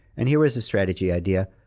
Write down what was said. and here was a strategy idea.